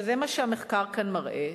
וזה מה שהמחקר כאן מראה,